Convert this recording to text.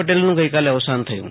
પટેલનું ગઈકાલે અવસાન થયું છે